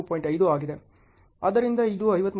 5 ಆದ್ದರಿಂದ ಇದು 53